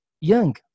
young